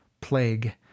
plague